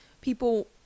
people